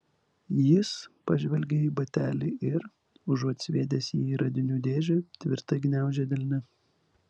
jis pažvelgė į batelį ir užuot sviedęs jį į radinių dėžę tvirtai gniaužė delne